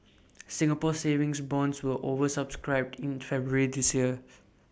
Singapore savings bonds were over subscribed in February this year